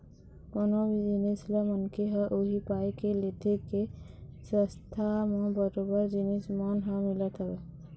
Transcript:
कोनो भी जिनिस ल मनखे ह उही पाय के लेथे के सस्ता म बरोबर जिनिस मन ह मिलत हवय